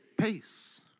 Peace